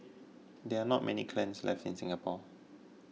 there are not many kilns left in Singapore